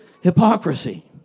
hypocrisy